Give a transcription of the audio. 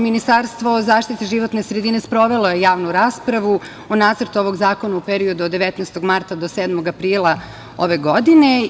Ministarstvo zaštite životne sredine sprovelo je javnu raspravu o Nacrtu ovog zakona u periodu od 19. marta do 7. aprila ove godine.